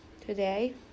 today